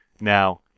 Now